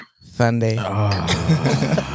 Sunday